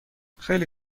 خیلی